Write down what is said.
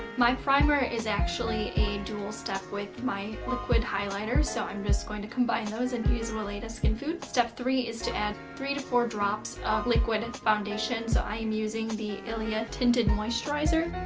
my primer is actually a dual-step with my liquid highlighter, so i'm just going to combine those, and use weleda skin food. step three is to add three to four drops of liquid and foundation, so i am using the ilia tinted moisturizer.